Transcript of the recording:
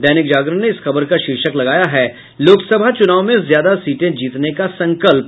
दैनिक जागरण ने इस खबर का शीर्षक लगाया है लोकसभा चुनाव में ज्यादा सीटें जीतने का संकल्प